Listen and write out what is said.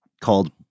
called